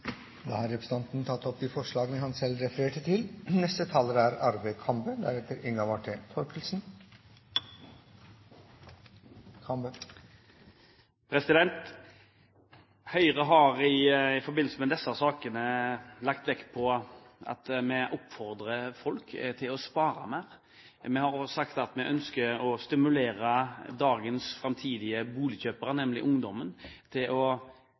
Da har representanten Kenneth Svendsen tatt opp de forslagene han refererte til. Høyre har i forbindelse med disse sakene lagt vekt på at vi oppfordrer folk til å spare mer. Vi har også sagt at vi ønsker å stimulere dagens fremtidige boligkjøpere, nemlig ungdommen, til å